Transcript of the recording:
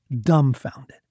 dumbfounded